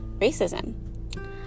racism